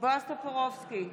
בועז טופורובסקי,